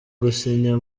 gusinya